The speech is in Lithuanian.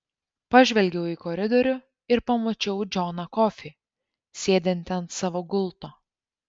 pažvelgiau į koridorių ir pamačiau džoną kofį sėdintį ant savo gulto